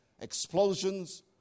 explosions